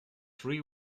three